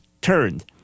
turned